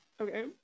Okay